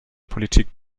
politik